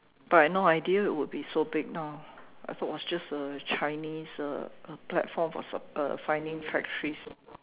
but I no idea it would be so big now I thought it was just a Chinese uh platform for so~ uh finding factories